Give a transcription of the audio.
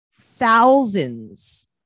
thousands